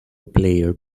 player